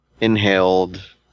inhaled